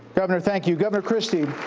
governor, thank you. governor christie.